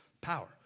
power